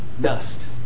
Dust